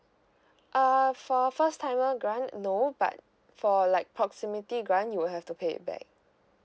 err for first timer grant no but for like proximity grant you will have to pay it back